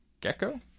Gecko